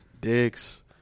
Dicks